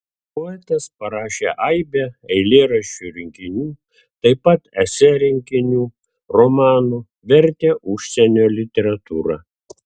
poetas parašė aibę eilėraščių rinkinių taip pat esė rinkinių romanų vertė užsienio literatūrą